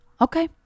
okay